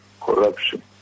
corruption